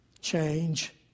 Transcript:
change